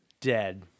dead